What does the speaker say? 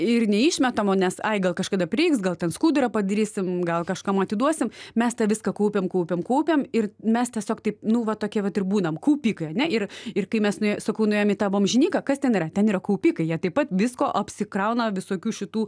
ir neišmetam o nes ai gal kažkada preiks gal ten skudurą padarysim gal kažkam atiduosim mes tą viską kaupiam kaupiam kaupiam ir mes tiesiog taip nu va tokie vat ir būnam kaupikai ane ir ir kai mes nue sakau nuėjom į tą bomžiniką kas ten yra ten yra kaupikai jie taip pat visko apsikrauna visokių šitų